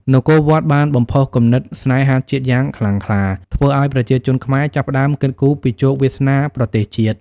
នគរវត្ត បានបំផុសគំនិតស្នេហាជាតិយ៉ាងខ្លាំងក្លា ធ្វើឱ្យប្រជាជនខ្មែរចាប់ផ្ដើមគិតគូរពីជោគវាសនាប្រទេសជាតិ។